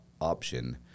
option